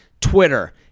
Twitter